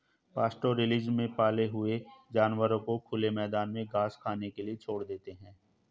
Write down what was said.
pastoralism में पाले हुए जानवरों को खुले मैदान में घास खाने के लिए छोड़ देते है